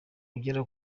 ugera